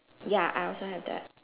ya I also have that